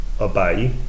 obey